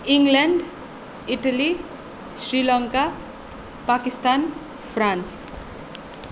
England Italy Sri Lanka Pakistan France